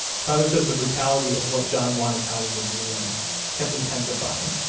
tyler says the brutality of what john wanted tyler to do to him kept intensifying,